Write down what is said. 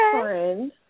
friend